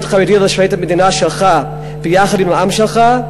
בין להיות חרדי ללשרת את המדינה שלך ביחד עם העם שלך,